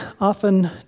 often